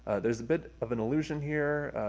ah there's a bit of an illusion here,